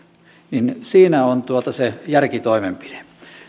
on se järkitoimenpide